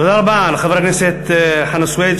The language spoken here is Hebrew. תודה רבה לחבר הכנסת חנא סוייד,